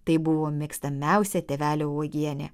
tai buvo mėgstamiausia tėvelio uogienė